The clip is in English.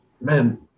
man